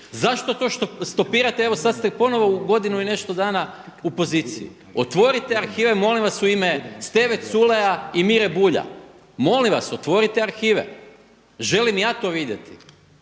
Zašto to što stopirate evo sad ste ponovno u godinu i nešto dana u poziciji. Otvorite arhive molim vas u ime Steve Culeja i Mire Bulja. Molim vas otvorite arhive. Želim ja to vidjeti.